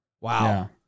Wow